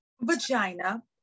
Vagina